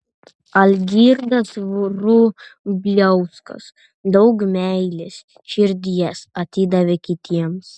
algirdas vrubliauskas daug meilės širdies atidavė kitiems